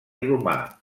romà